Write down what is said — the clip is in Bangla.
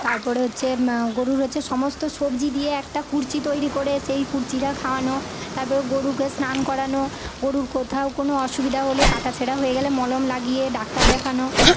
তারপর হচ্ছে গরুর হচ্ছে সমস্ত সবজি একটা কুরচি তৈরি করে সেই কুরচিটা খাওয়ানো তারপরে গরুকে স্নান করানো গরুর কোথাও কোনো অসুবিধা হলে কাটাছেঁড়া হয়ে গেলে মলম লাগিয়ে ডাক্তার দেখানো